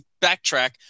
backtrack